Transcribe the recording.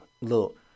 look